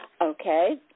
Okay